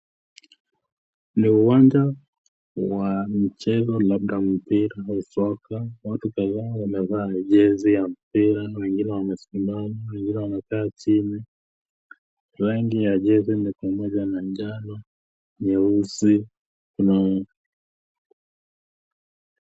Ni uwanja wa mchezo labda mpira wa soga, watu kadhaa wamevaa jezi ya mpira, wengine wamesimama wengine wamekaa chini, rangi ya jezi ni pamoja na njano, nyeusi kuna.